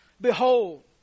Behold